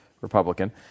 Republican